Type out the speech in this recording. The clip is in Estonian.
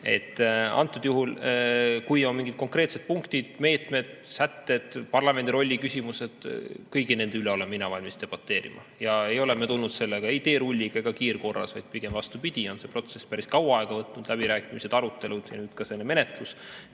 Antud juhul, kui on mingid konkreetsed punktid, meetmed, sätted, parlamendi rolli küsimus – kõigi nende üle olen mina valmis debateerima. Ja ei ole me tulnud ei teerulliga ega kiirkorras, vaid pigem vastupidi, see protsess on päris kaua aega võtnud, need läbirääkimised, arutelud ja nüüd ka selle menetlus.